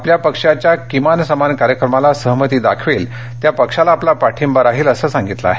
आपल्या पक्षाच्या किमान समान कार्यक्रमास सहमती दाखवेल त्या पक्षाला आपला पाठिंबा राहील असं सांगितलं आहे